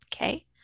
okay